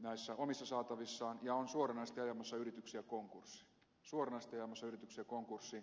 näissä omissa saatavissaan ja on suorasti osa yrityksen konkurssi suorasti suoranaisesti ajamassa yrityksiä konkurssiin